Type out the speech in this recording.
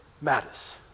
matters